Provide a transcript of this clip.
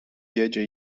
biedzie